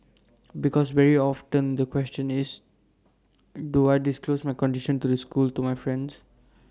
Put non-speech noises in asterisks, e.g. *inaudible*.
*noise* because very often the question is do I disclose my condition to the school to my friends